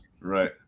Right